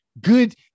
good